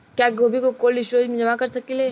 क्या गोभी को कोल्ड स्टोरेज में जमा कर सकिले?